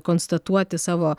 konstatuoti savo